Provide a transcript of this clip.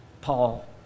Paul